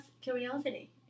curiosity